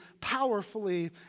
powerfully